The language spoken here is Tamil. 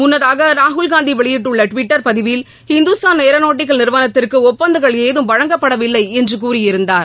முன்னதாக ராகுல்காந்தி வெளியிட்டுள்ள டுவிட்டர் பதிவில் இந்துஸ்தான் ஏரோநாட்டிக்கல் நிறுவனத்திற்கு ஒப்பந்தங்கள் ஏதும் வழங்கப்படவில்லை என்று கூறியிருந்தார்